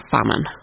Famine